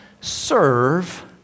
serve